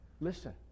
listen